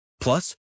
Plus